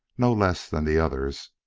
no less than the others,